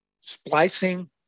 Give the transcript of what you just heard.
splicing